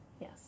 Yes